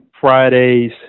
Friday's